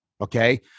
Okay